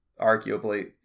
arguably